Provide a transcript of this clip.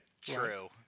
True